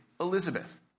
Elizabeth